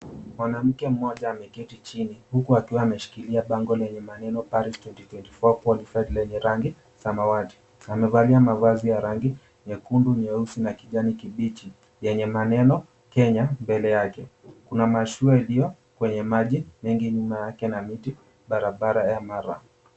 Mwanamke mmoja ameketi chini huku ameshikilia bango lenye maneno PARIS 2024 QUALIFIED lenye rangi samawati. Amevalia mavazi ya rangi nyekundu, nyeusi na kijani kibichi yenye maneno Kenya mbele yake. Kuna mashua ilio kwenye maji mengi nyuma yake na miti, barabara ya murram .